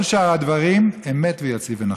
כל שאר הדברים, אמת ויציב ונכון.